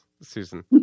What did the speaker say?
Susan